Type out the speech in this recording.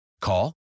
Call